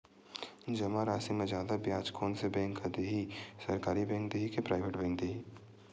जमा राशि म जादा ब्याज कोन से बैंक ह दे ही, सरकारी बैंक दे हि कि प्राइवेट बैंक देहि?